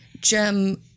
gem